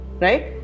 right